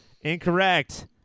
incorrect